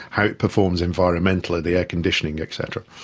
how it performs environmentally, the air-conditioning et cetera.